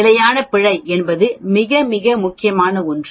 நிலையான பிழை என்பது மிக மிக முக்கியமான ஒன்று